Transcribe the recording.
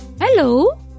Hello